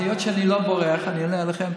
היות שאני לא בורח, אני אענה לכם.